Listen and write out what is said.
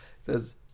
says